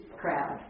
crowd